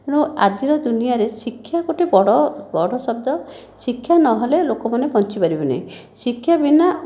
ତେଣୁ ଆଜିର ଦୁନିଆରେ ଶିକ୍ଷା ଗୋଟିଏ ବଡ଼ ବଡ଼ ଶବ୍ଦ ଶିକ୍ଷା ନହେଲେ ଲୋକମାନେ ବଞ୍ଚି ପାରିବେନାହିଁ ଶିକ୍ଷା ବିନା